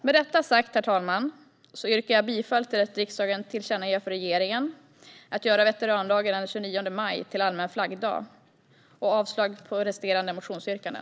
Med detta sagt, herr talman, yrkar jag bifall till att riksdagen tillkännager för regeringen att göra veterandagen den 29 maj till allmän flaggdag och avslag på resterande motionsyrkanden.